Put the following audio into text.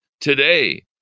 today